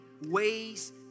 ways